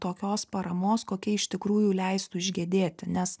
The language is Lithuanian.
tokios paramos kokia iš tikrųjų leistų išgedėti nes